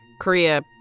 Korea